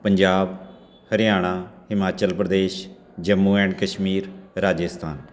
Punjab Haryana Himachal Pradesh Jammu and Kashmir Rajasthan